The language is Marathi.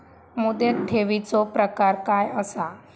मुदत ठेवीचो प्रकार काय असा?